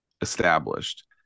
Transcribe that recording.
established